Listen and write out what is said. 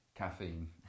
Caffeine